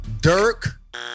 Dirk